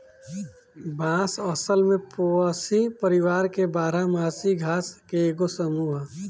बांस असल में पोएसी परिवार के बारह मासी घास के एगो समूह ह